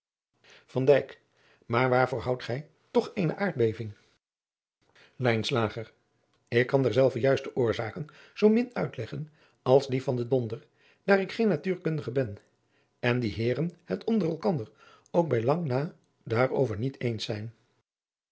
waar voor houdt gij toch eene aardbeving lijnslager ik kan derzelver juiste oorzaken zoo min uitleggen als die van den donder daar ik geen natuurkundige ben en die heeren het onder elkander ook bij lang na daarover niet eens zijn